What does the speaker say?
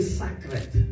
sacred